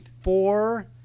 four